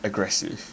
aggressive